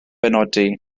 benodi